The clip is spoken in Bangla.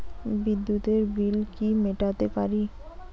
বিদ্যুতের বিল কি মেটাতে পারি?